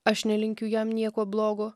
aš nelinkiu jam nieko blogo